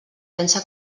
pensa